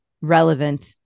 relevant